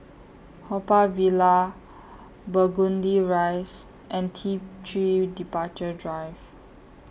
Haw Par Villa Burgundy Rise and T three Departure Drive